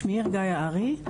שמי ערגה יערי,